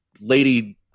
lady